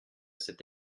cet